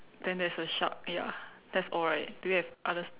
then there's a shark ya that's all right do you have other